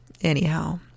Anyhow